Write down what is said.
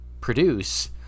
produce